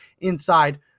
inside